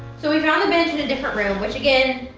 so we found the bench in a different room, which, again,